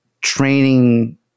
training